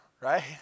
right